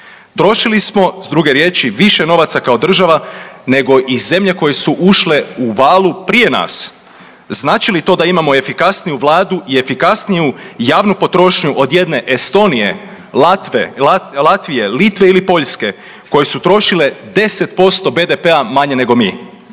Trošili smo s druge riječi više novaca kao država, nego i zemlje koje su ušle u valu prije nas. Znači li to da imamo efikasniju Vladu i efikasniju javnu potrošnju od jedne Estonije, Latvije, Litve ili Poljske koje su trošile 10% BDP-a manje nego mi.